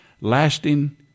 lasting